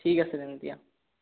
ঠিক আছে তেনেহ'লে দিয়া